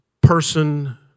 person